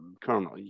Colonel